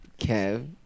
Kev